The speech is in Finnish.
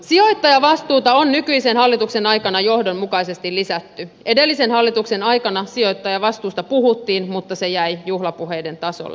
sijoittajavastuuta on nykyisen hallituksen aikana johdonmukaisesti lisätty edellisen hallituksen aikana sijoittajavastuusta puhuttiin mutta se jäi juhlapuheiden tasolle